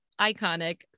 iconic